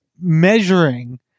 measuring